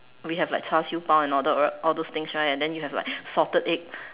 we have like char siew bao and all that right all those thing right and then you have salted egg